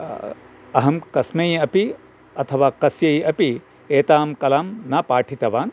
अहं कस्मै अपि अथवा कस्यै अपि एतां कलां न पाठितवान्